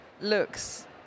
looks